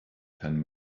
ten